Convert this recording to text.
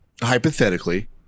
hypothetically